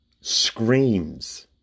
screams